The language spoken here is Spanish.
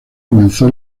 comenzó